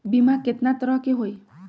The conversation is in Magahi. बीमा केतना तरह के होइ?